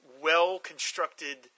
well-constructed